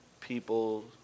people